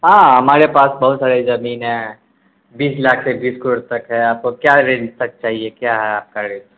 ہاں ہمارے پاس بہت سارے زمین ہیں بیس لاکھ سے بیس کروڑ تک ہے آپ کو کیا رینج تک چاہیے کیا ہے آپ کا ریٹ